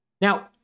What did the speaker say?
Now